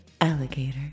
alligator